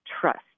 trust